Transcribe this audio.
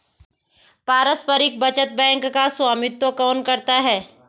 पारस्परिक बचत बैंक का स्वामित्व कौन करता है?